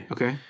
Okay